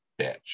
bitch